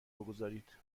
بگذارید